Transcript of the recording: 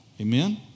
Amen